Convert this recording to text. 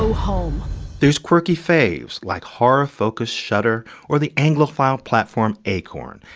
home there's quirky faves, like horror-focused shudder, or the anglophile platform, acorn.